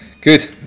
Good